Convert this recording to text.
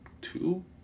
two